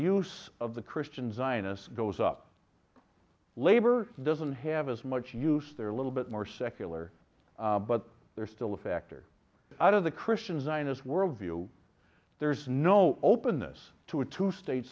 use of the christian zionists goes up labor doesn't have as much use their little bit more secular but they're still a factor out of the christian zionist worldview there's no openness to a two state